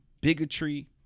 bigotry